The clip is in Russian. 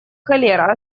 холера